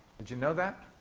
did you know that?